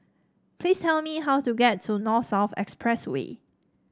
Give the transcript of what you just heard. please tell me how to get to North South Expressway